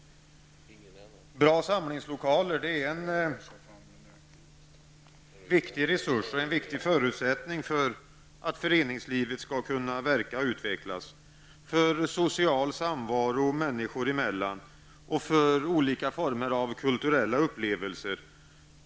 Bra samlingslokaler är en viktig resurs och en viktig förutsättning för att föreningslivet skall kunna verka och utvecklas, för social samvaro människor emellan och för olika former av kulturella upplevelser.